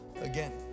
again